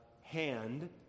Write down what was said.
hand